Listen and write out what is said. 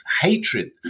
hatred